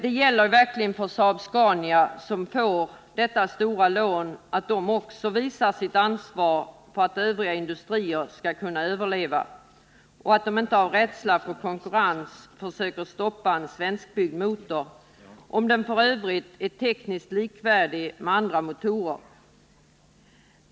Det gäller verkligen för Saab-Scania, som får detta stora lån, att också visa sitt ansvar för att övriga industrier skall kunna överleva och att de inte av rädsla för konkurrens försöker stoppa en svenskbyggd motor om den f. ö. är tekniskt likvärdig med andra motorer.